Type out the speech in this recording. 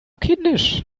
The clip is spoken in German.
kindisch